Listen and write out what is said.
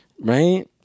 Right